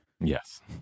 Yes